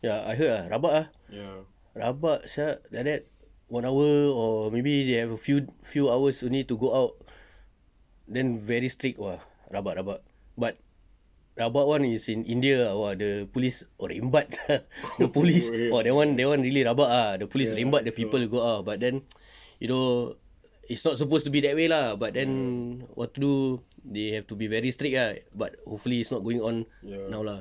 ya I heard ah rabak eh rabak sia like that one hour or maybe they have a few few hours only to go out then very strict !wah! rabak rabak but rabak one is in india ah !wah! the police rembat sia the police !wah! that one that one really rabak ah the police rembat the people who go out but then you know it's not supposed to be that way lah but then what to do they have to be very strict right but hopefully it's not going on now lah